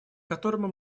которому